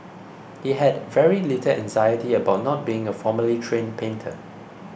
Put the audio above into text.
he had very little anxiety about not being a formally trained painter